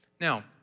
Now